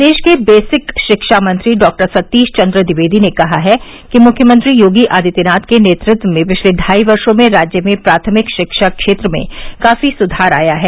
प्रदेश के बेसिक शिक्षा मंत्री डॉ सतीश चंद्र द्विवेदी ने कहा है कि मुख्यमंत्री योगी आदित्यनाथ के नेतृत्व में पिछले ढाई वर्षो में राज्य में प्राथमिक शिक्षा क्षेत्र में काफी सुधार आया है